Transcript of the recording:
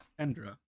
Kendra